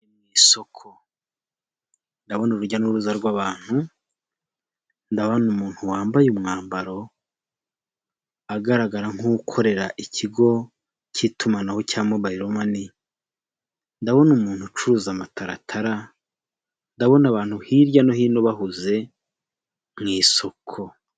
Isoko ndabona urujya n'uruza rw'abantu, ndabona umuntu wambaye umwambaro agaragara nk'ukorera ikigo cy'itumanaho cya mobayiro mani, ndabona umuntu ucuruza amataratara ndabona abantu hirya no hino bahuze mu isoko.